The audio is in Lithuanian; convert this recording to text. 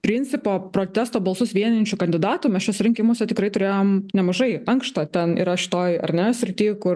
principo protesto balsus vienijančių kandidatų mes šiuose rinkimuose tikrai turėjom nemažai ankšta ten ir aš toj ar ne srity kur